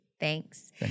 Thanks